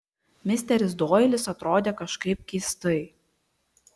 misteris doilis atrodė kažkaip keistai